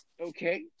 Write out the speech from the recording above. okay